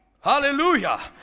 Hallelujah